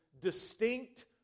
distinct